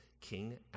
king